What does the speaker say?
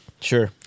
Sure